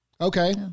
Okay